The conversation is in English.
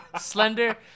Slender